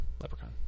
leprechaun